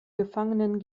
gefangenen